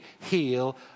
heal